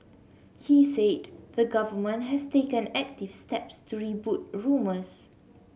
he said the Government has taken active steps to rebut rumours